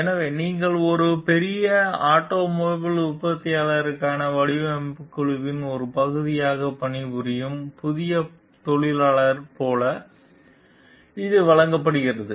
எனவே நீங்கள் ஒரு பெரிய ஆட்டோமொபைல் உற்பத்தியாளருக்கான வடிவமைப்புக் குழுவின் ஒரு பகுதியாக பணிபுரியும் புதிய பொறியியலாளர் போல இது வழங்கப்படுகிறது